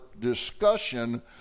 discussion